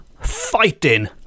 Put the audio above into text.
fighting